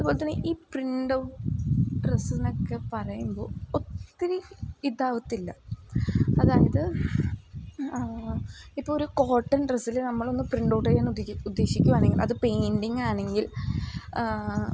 അതുപോലെ തന്നെ ഈ പ്രിൻ്റ് ഔട്ട് ഡ്രസ്സെന്നൊക്കെ പറയുമ്പോൾ ഒത്തിരി ഇതാകത്തില്ല അതായത് ഇപ്പൊരു കോട്ടൺ ഡ്രസ്സിൽ നമ്മളൊന്ന് പ്രിൻ്റ് ഔട്ട് ചെയ്യാൻ ഉദ്ദേ ഉദ്ദേശിക്കുകയാണെങ്കിൽ അത് പെയിൻറ്റിങ്ങാണെങ്കിൽ